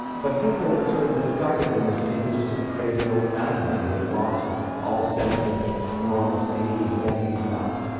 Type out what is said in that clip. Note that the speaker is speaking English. but people had sort of discarded him, as if he was just a crazy old madman. he had lost all sense of normalcy. he's deaf. he's nuts.